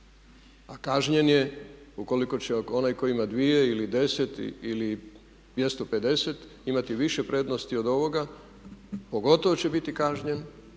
A kažnjen je ukoliko će onaj koji ima 2 ili 10 ili 250 imati više prednosti od ovoga. Pogotovo će biti kažnjen